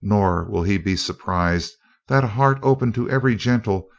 nor will he be surprised that a heart open to every gentle,